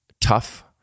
tough